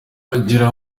agira